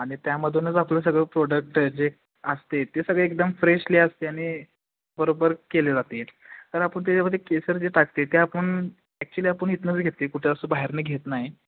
आणि त्यामधूनच आपलं सगळं प्रोडक्ट जे असते ते सगळे एकदम फ्रेशली असते आणि बरोबर केले जाते तर आपण त्याच्यामध्ये केसर जे टाकते ते आपण ॲक्च्युली आपण इथनंच घेते कुठं असं बाहेरनं घेत नाही